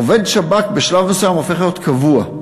עובד שב"כ בשלב מסוים הופך להיות קבוע,